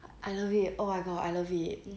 I love it oh my god I love it